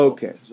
Okay